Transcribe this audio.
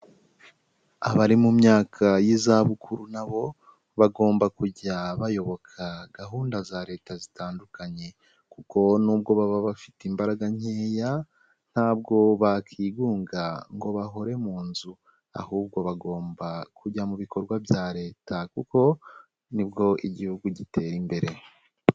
Abari mu myaka y'izabukuru na bo bagomba kujya bayoboka gahunda za leta zitandukanye, kuko nubwo baba bafite imbaraga nkeya, ntabwo bakigunga ngo bahore mu nzu, ahubwo bagomba kujya mu bikorwa bya leta kuko nibwo igihugu gitera imbere.